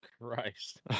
Christ